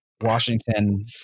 Washington